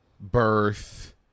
birth